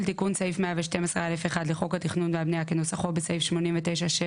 תיקון סעיף 112(א1) לחוק התכנון והבניה כנוסחו בסעיף 89(7)